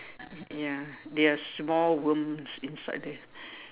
ya there are small worms inside there